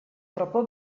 troppo